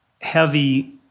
heavy